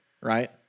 right